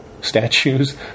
statues